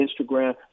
Instagram